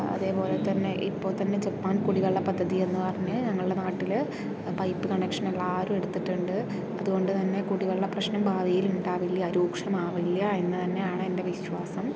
അതേപോലെ തന്നെ ഇപ്പോൾ തന്നെ ജപ്പാൻ കുടിവെള്ള പദ്ധതി എന്ന് പറഞ്ഞ് ഞങ്ങളുടെ നാട്ടിൽ പൈപ്പ് കണക്ഷൻ എല്ലാവരും എടുത്തിട്ടുണ്ട് അതുകൊണ്ട് തന്നെ കുടിവെള്ള പ്രശ്നം ഭാവിയിൽ ഉണ്ടാവില്ല രൂക്ഷമാകില്ല എന്ന് തന്നെയാണ് എൻ്റെ വിശ്വാസം